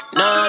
no